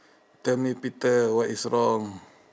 tell me peter what is wrong